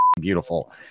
beautiful